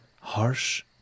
harsh